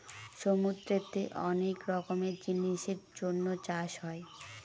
সমুদ্রতে অনেক রকমের জিনিসের জন্য চাষ হয়